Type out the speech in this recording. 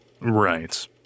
Right